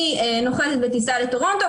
אני נוחתת בטיסה לטורונטו,